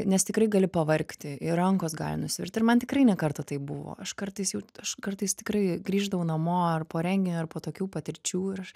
nes tikrai gali pavargti ir rankos gali nusvirti ir man tikrai ne kartą tai buvo aš kartais jau aš kartais tikrai grįždavau namo ar po renginio ar po tokių patirčių ir aš